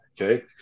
okay